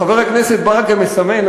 חבר הכנסת ברכה מסמן,